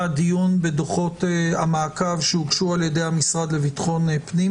דיון בדוחות המעקב שהוגשו ע"י המשרד לביטחון פנים.